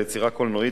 על יצירה קולנועית,